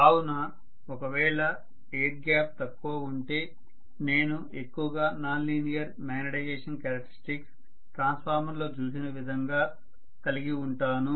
కావున ఒకవేళ air gap తక్కువ ఉంటే నేను ఎక్కువగా non linear magnetization characteristics transformer లో చూసిన విధంగా కలిగి ఉంటాను